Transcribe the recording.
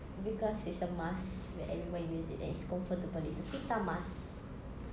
because it's a mask where everyone use it and it's comfortable it's a fita mask